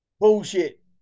Bullshit